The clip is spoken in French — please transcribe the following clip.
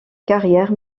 carrière